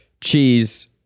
cheese